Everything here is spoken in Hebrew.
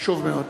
חשוב מאוד.